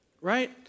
Right